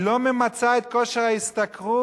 היא לא ממצה את כושר ההשתכרות?